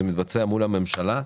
זה מתבצע מול הממשלה,